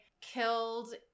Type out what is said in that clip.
killed